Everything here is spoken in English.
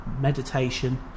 meditation